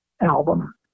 album